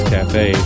Cafe